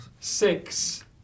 Six